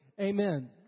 Amen